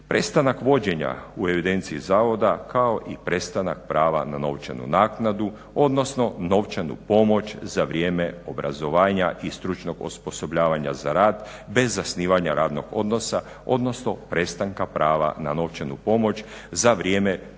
Prestanak vođena u evidenciji zavoda kao i prestanak prava na novčanu naknadu, odnosno novčanu pomoć za vrijeme obrazovanja i stručnog osposobljavanja za rad bez zasnivanja radnog odnosa odnosno prestanka prava na novčanu pomoć za vrijeme